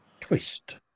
twist